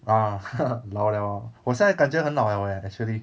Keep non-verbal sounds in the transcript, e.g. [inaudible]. uh [laughs] 老 liao 我现在感觉很老 liao leh actually